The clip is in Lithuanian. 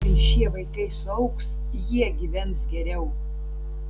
kai šie vaikai suaugs jie gyvens geriau